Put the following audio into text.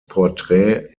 porträt